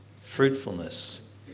Fruitfulness